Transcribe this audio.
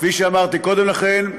כפי שאמרתי קודם לכן,